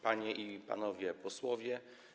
Panie i Panowie Posłowie!